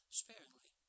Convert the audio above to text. sparingly